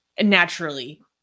naturally